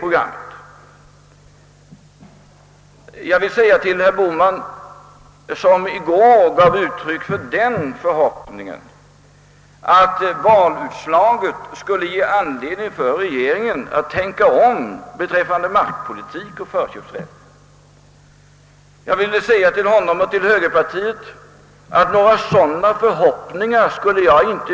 Till högerpartiet och herr Bohman, som i går gav uttryck för den förhoppningen att valutslaget skulle ge regeringen anledning att tänka om beträffande markpolitiken och förköpsrätten, vill jag i detta sammanhang säga att jag inte kan inge några sådana förhoppningar.